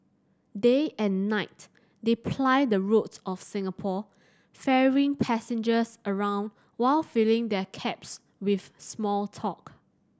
day and night they ply the roads of Singapore ferrying passengers around while filling their cabs with small talk